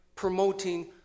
promoting